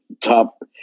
top